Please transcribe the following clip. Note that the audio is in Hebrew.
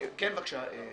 כן, בבקשה.